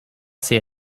ces